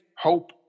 hope